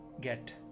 get